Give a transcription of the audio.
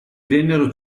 vennero